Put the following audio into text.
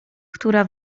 która